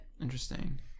Interesting